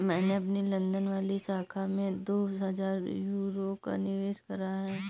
मैंने अपनी लंदन वाली शाखा में दो हजार यूरो का निवेश करा है